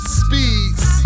speeds